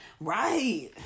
Right